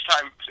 time